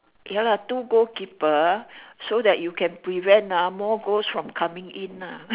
ya lah two goal keeper so that you can prevent ah more goals from coming in ah